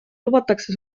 lubatakse